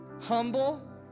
humble